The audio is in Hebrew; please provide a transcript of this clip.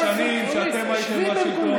אני יודע שאתם מסתכלים אחורה בדאגה ומבינים שזה לא עבד,